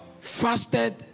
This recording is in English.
fasted